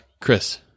Chris